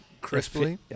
Crisply